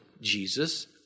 Jesus